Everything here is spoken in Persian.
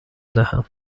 دهم